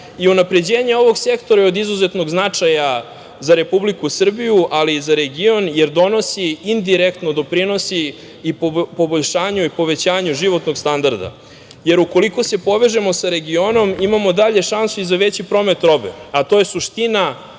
unapređenje ovog sektora je od izuzetnog značaja za Republiku Srbiju, ali i za region, jer donosi i indirektno doprinosi i poboljšanju i povećanju životnog standarda, jer ukoliko se povežemo sa regionom imamo dalje šansu i za veći promet robe, a to je suština,